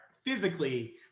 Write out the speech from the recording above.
physically